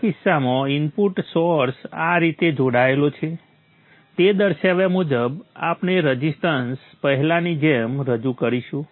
આ કિસ્સામાં input source આ રીતે જોડાયેલો છે તે દર્શાવ્યા મુજબ આપણે રઝિસ્ટન્સ પહેલાંની જેમ રજૂ કરીશું